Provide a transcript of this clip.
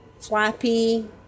Flappy